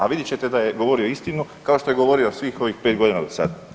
A vidjet ćete da je govorio istinu kao što je govorio svih ovih pet godina do sad.